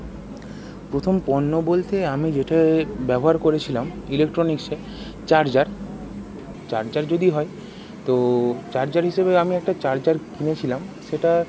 প্রথম পণ্য বলতে আমি যেটা ব্যবহার করেছিলাম ইলেকট্রনিক্সে চার্জার চার্জার যদি হয় তো চার্জার হিসেবে আমি একটা চার্জার কিনেছিলাম সেটা